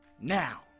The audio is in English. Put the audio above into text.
now